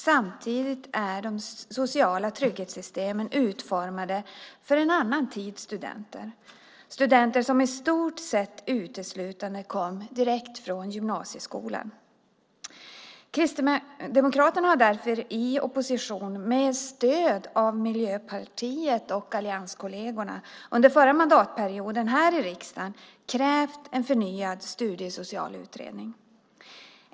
Samtidigt är de sociala trygghetssystemen utformade för en annan typ av studenter, nämligen de som i stort sett nästan uteslutande kommer direkt från gymnasieskolan. Kristdemokraterna krävde därför i opposition under förra mandatperioden, med stöd av Miljöpartiet och allianskollegerna, en förnyad studiesocial utredning.